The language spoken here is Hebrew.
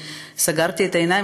סגרתי את העיניים,